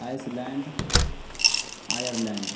ice land Ireland